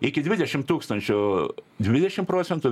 iki dvidešim tūkstančių dvidešim procentų